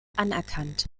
anerkannt